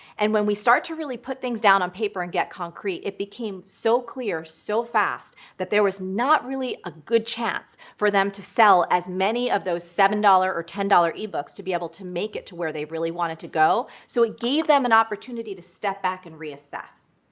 and when we start to really put things down on paper and get concrete, it became so clear so fast that there was not really a good chance for them to sell as many of those seven dollars or ten dollars e-books to be able to make it to where they really wanted to go. so it gave them an opportunity to step back and reassess.